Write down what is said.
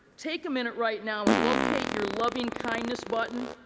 take a minute right now and locate your loving kind of but and